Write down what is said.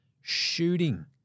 shooting